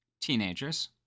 Teenagers